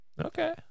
Okay